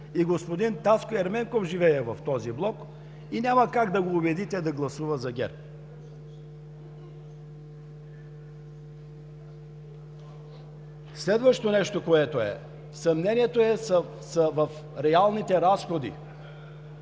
и господин Таско Ерменков живее в такъв блок и няма как да го убедите да гласува за ГЕРБ! Следващо нещо: има съмнение за реалните разходи.